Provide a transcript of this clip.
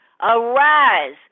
Arise